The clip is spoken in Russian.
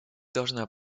должна